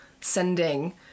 sending